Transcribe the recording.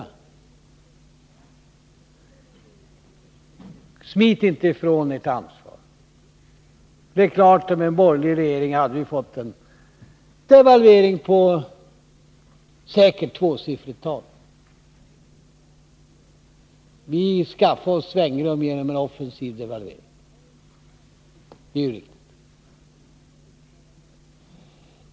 Smit inte från ert ansvar! Det är klart att vi med en borgerlig regering säkert hade fått en devalvering på ett tvåsiffrigt tal. Vi har skaffat oss svängrum genom en offensiv devalvering. Det är riktigt.